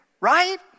right